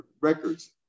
records